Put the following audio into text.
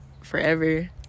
forever